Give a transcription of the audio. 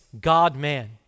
God-man